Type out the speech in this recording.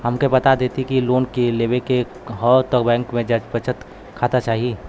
हमके बता देती की लोन लेवे के हव त बैंक में बचत खाता चाही?